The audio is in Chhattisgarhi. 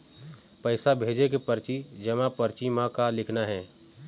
पैसा भेजे के परची जमा परची म का लिखना हे?